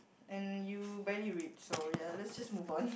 and you barely read so ya let's just move on